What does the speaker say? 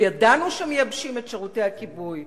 וידענו שמייבשים את שירותי הכיבוי,